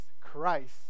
Christ